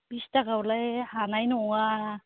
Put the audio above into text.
बिस थाखायावलाय हानाय नङा